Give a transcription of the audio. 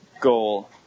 goal